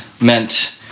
meant